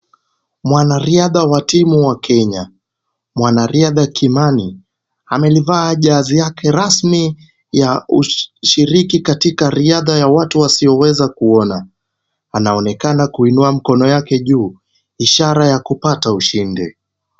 Mwanariadha wa timu wa Kenya , mwanariadha Kimani amevaa jazi yake rasmi ya ushiriki katika riadha ya watu wasioweza kuona anaonekana kuinua mikono yake juu ishara ya kupata ushindi.